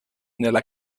nella